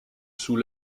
sous